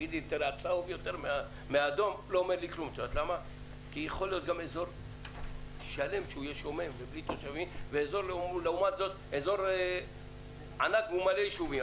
יכול להיות אזור שלם שומם מול אזור מלא תושבים.